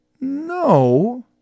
No